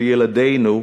לילדינו,